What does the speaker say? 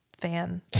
Fan